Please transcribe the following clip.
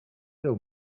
miał